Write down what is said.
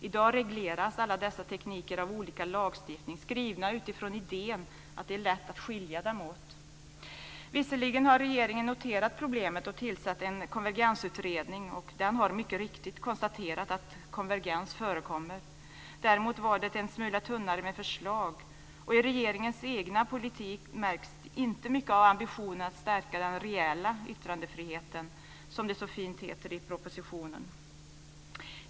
I dag regleras alla dessa tekniker av olika lagstiftning skriven utifrån idén att det är lätt att skilja dem åt. Visserligen har regeringen noterat problemet och tillsatt en konvergensutredning, och den har mycket riktigt konstaterat att konvergens förekommer. Däremot var det en smula tunnare med förslag. Och i regeringens egen politik märks inte mycket av ambitionen att stärka den reella yttrandefriheten, som det så fint heter i propositionen.